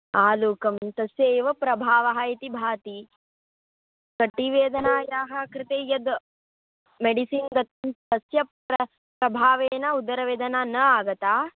आलूकं तस्य एव प्रभावः इति भाति कटिवेदानयाः कृते यद् मेडिसिन् दत्तं तस्य प्र प्रभावेण उदरवेदना न आगता